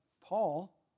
Paul